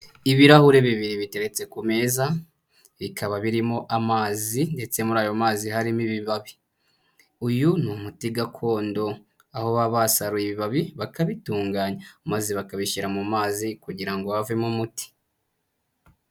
Ibirahuri bibiri biteretse ku meza, bikaba birimo amazi ndetse muri ayo mazi harimo ibibabi. Uyu ni umuti gakondo, aho baba basaruye ibibabi bakabitunganya maze bakabishyira mu mazi kugira ngo havemo umuti.